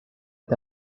est